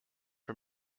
for